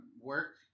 work